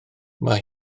mae